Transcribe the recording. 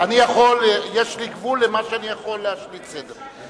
יש גבול לכמה שאני יכול להשליט סדר,